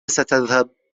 ستذهب